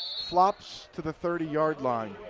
flops to the thirty yard line.